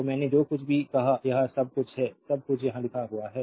तो मैंने जो कुछ भी कहा सब कुछ है सब कुछ यहां लिखा हुआ है